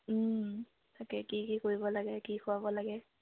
তাকে কি কি কৰিব লাগে কি খোৱাব লাগে